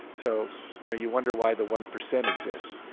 so you know you wonder why the one percent exist,